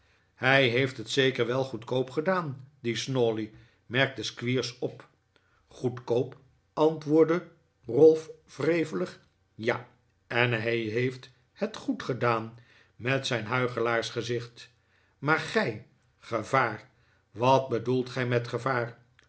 hij heeft het zeker wel goedkoop gedaan die snawley merkte squeers op goedkoop antwoordde ralph wrevelig ja en hij heeft het goed gedaan met zijn huichelaars gezicht maar gij gevaar wat bedoelt gij met gevaar